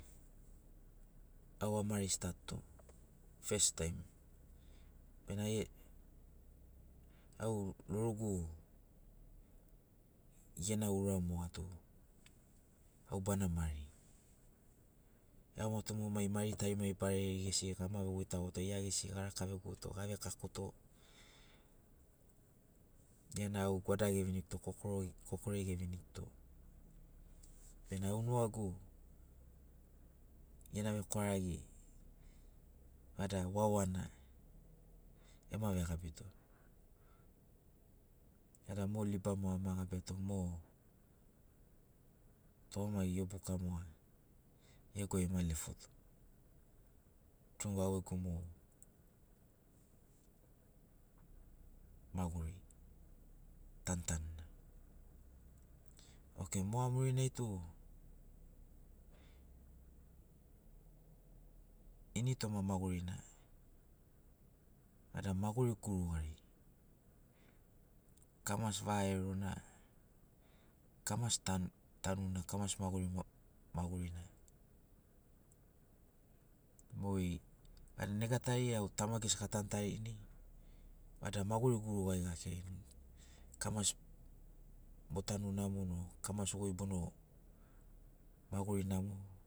Moga murinai au a mari stat to fest taim bena au lorugu gena ura moga tu au bana mari iagomato mu mai mari tarimari barari gesi gama vegoitagoto gia gesi ga raka vegogoto ga vekakoto gia na au gwada geviniguto kokore geviniguto bena au nugagu gena vekwaragai vada wawana ema vegabito vada mo liba mo ama gabiato mo tugamagi iobuka moga gegu ai ema lefoto tru au gegu mo maguri tantanuna okei moga murinai tu ini toma magurina vada maguri gurugari kamasi vaerona kamasi tantanuna kamasi maguri mo magurina mogeri vada nega tari au tamagu gesi atantarini vada maguri gurugari akirarini kamasi botanu namoni o kamasi oi bono maguri namo